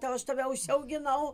tai aš tave užsiauginau